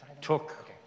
took